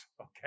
okay